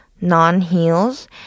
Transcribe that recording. non-heels